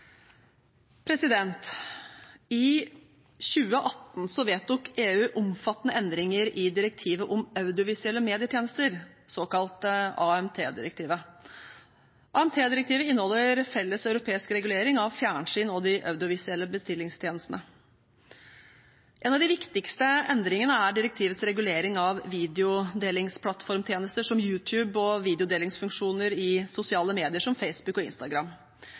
I 2018 vedtok EU omfattende endringer i direktivet om audiovisuelle medietjenester, det såkalte AMT-direktivet. AMT-direktivet inneholder felles europeisk regulering av fjernsyn og de audiovisuelle bestillingstjenestene. En av de viktigste endringene er direktivets regulering av videodelingsplattformtjenester, som YouTube, og videodelingsfunksjoner i sosiale medier som Facebook og Instagram.